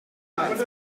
parts